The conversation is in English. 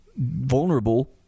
vulnerable